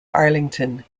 arlington